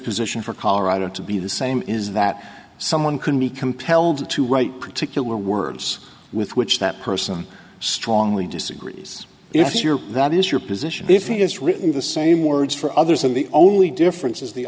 position for colorado to be the same is that someone can be compelled to write particular words with which that person strongly disagrees if your that is your position if he has written the same words for others and the only difference is the